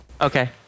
Okay